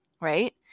right